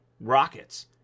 rockets